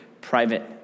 private